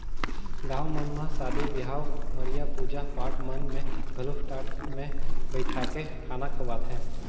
गाँव मन म सादी बिहाव, मरिया, पूजा पाठ मन में घलो टाट मे बइठाके खाना खवाथे